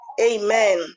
Amen